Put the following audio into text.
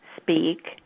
speak